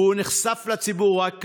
והוא נחשף לציבור רק כעת.